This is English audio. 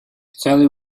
sally